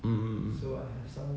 mm mm mm